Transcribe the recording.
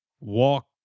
walk